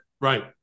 Right